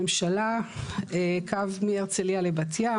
מ-2017 הממשלה לא קיבלה החלטה לגבי הקריטריונים